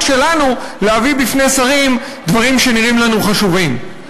שלנו להביא בפני שרים דברים שנראים לנו חשובים.